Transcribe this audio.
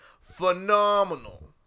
Phenomenal